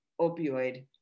opioid